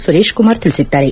ಸುರೇಶ್ ಕುಮಾರ್ ತಿಳಿಸಿದ್ದಾರೆ